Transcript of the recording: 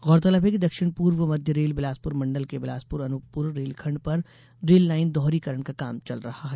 गौरतलब है कि दक्षिण पूर्ण मध्य रेल बिलासपुर मण्डल के बिलासपुर अनूपपुर रेलखण्ड पर रेल लाईन दोहरीकरण का काम चल रहा है